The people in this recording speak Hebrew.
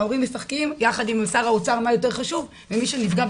ההורים משחקים יחד עם שר האוצר מה יותר חשוב ומי שנפגע?